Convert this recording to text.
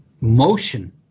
motion